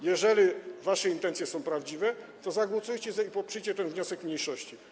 Jeżeli wasze intencje są prawdziwe, to zagłosujcie i poprzyjcie ten wniosek mniejszości.